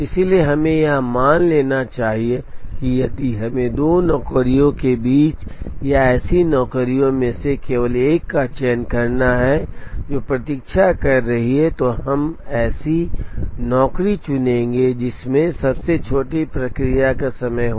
इसलिए हमें यह मान लेना चाहिए कि यदि हमें दो नौकरियों के बीच या ऐसी नौकरियों में से एक का चयन करना है जो प्रतीक्षा कर रही हैं तो हम ऐसी नौकरी चुनेंगे जिसमें सबसे छोटी प्रक्रिया का समय हो